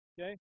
Okay